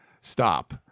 stop